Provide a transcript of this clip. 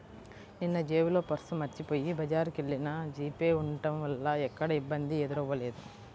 నిన్నజేబులో పర్సు మరచిపొయ్యి బజారుకెల్లినా జీపే ఉంటం వల్ల ఎక్కడా ఇబ్బంది ఎదురవ్వలేదు